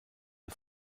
der